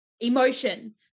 emotion